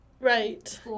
Right